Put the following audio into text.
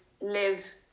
live